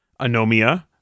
Anomia